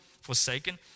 forsaken